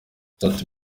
sat